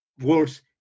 words